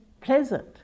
pleasant